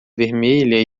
vermelha